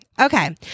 Okay